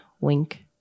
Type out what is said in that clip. Wink